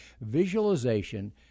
Visualization